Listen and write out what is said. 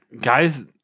guys